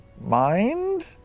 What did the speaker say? mind